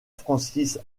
francis